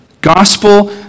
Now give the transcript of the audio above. gospel